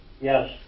Yes